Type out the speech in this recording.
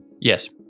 yes